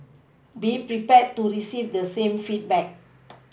be prepared to receive the same feedback